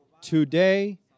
Today